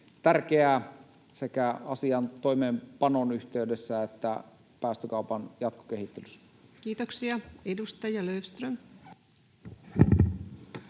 tärkeää sekä asian toimeenpanon yhteydessä että päästökaupan jatkokehittelyssä. Kiitoksia. — Edustaja Löfström.